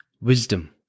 wisdom